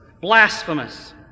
blasphemous